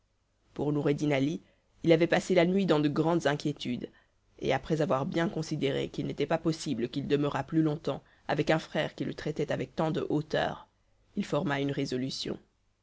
pour noureddin ali il avait passé la nuit dans de grandes inquiétudes et après avoir bien considéré qu'il n'était pas possible qu'il demeurât plus longtemps avec un frère qui le traitait avec tant de hauteur il forma une résolution